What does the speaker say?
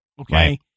Okay